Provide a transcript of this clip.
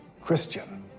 Christian